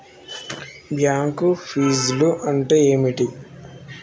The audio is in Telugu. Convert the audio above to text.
బ్యాంక్ ఫీజ్లు అంటే ఏమిటి?